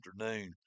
afternoon